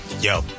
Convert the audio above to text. yo